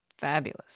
Fabulous